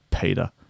Peter